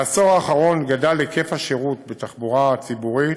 בעשור האחרון גדל היקף השירות בתחבורה הציבורית